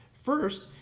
First